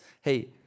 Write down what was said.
hey